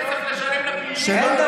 לא יחזירו את הכסף שלהם.